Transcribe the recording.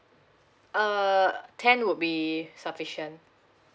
uh ten would be sufficient